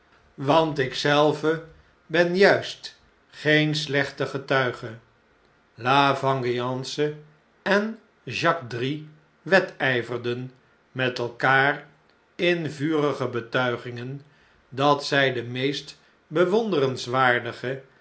want ik zelve benjuist geen slechte getuigel la vengeance en jacques drie wedijverden met elkaar in vurige betuigingen dat zfl de meest bewonderenswaardige